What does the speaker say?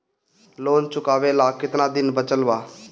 Loan चुकावे ला कितना दिन बचल बा?